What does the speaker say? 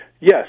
Yes